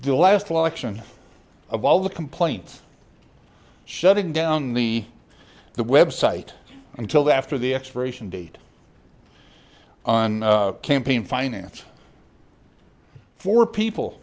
the last election of all the complaints shutting down the the website until after the expiration date on campaign finance for people